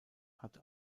hat